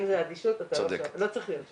אם זו אדישות, אתה לא צריך להיות שם.